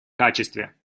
качестве